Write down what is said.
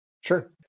sure